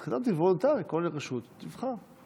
כתבתי: וולונטרי, כל רשות תבחר.